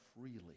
freely